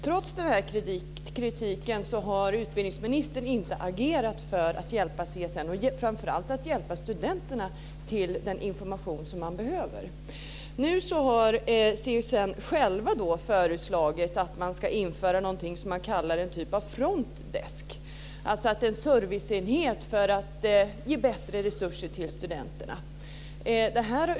Trots den här kritiken har utbildningsministern inte agerat för att hjälpa CSN och framför allt studenterna att få den information som man behöver. Nu har CSN självt föreslagit införande av något som man kallar front desk, en serviceenhet för att ge bättre resurser till studenterna.